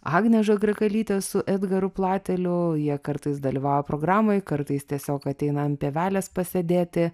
agnė žagrakalytė su edgaru plateliu jie kartais dalyvauja programoj kartais tiesiog ateina ant pievelės pasėdėti